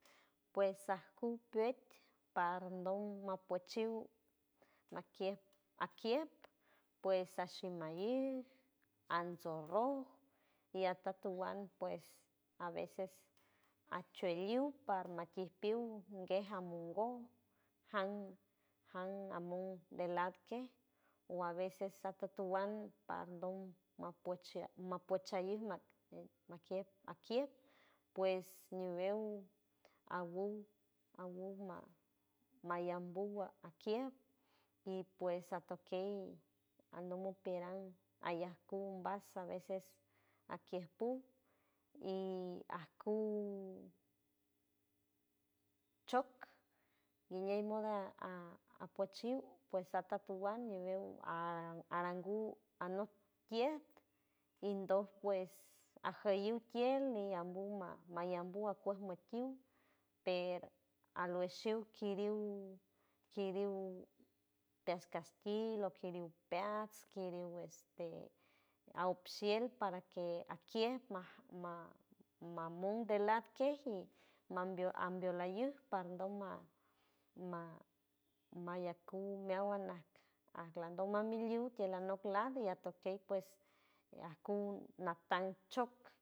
Pues acu puet pardon mapuechiu nakiet akiet pues ashí maíz anso roj y atotowand pues a veces achueliul parmakipiu gejan mongo jan jan amon de lat que o a veces atotowand pandon ma pueche inma makie akiet pues ñibeu awou awou ma mayambu akiep y pues atokey andomo keran ayan cunvaso a veces a kien pu y acu choc guiñey moda apuchiu pues atotowan ñibeu a arangu anok kiet indo pues ajoyuy kiel y yambu mayambu acuej makiw pero aloeshius quiriu quiriu pescaski lo queriu peats quiriu este aopshield para que aquiel mamon de lat que ji mambo ambio lialiul padon ma ma mayacu meawand arlan donma mi miliut tealonak y atokey pues acu natan choc.